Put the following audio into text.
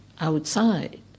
outside